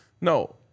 No